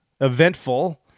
eventful